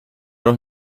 doch